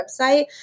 website